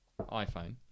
iphone